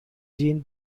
jean